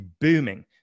booming